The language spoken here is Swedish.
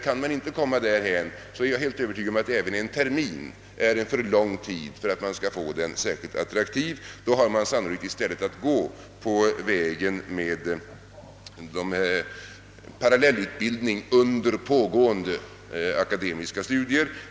Kan man inte åstadkomma det, är jag övertygad om att även en termin är för lång tid för att utbildningen skall bli särskilt attraktiv. Då får man sannolikt i stället gå vägen över parallellutbildning under pågående akademiska studier.